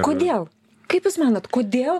kodėl kaip jūs manote kodėl